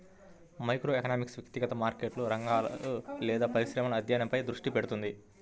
microeconomics వ్యక్తిగత మార్కెట్లు, రంగాలు లేదా పరిశ్రమల అధ్యయనంపై దృష్టి పెడుతుంది